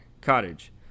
Cottage